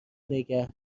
نیگه